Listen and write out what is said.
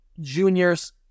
juniors